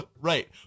right